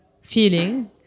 feeling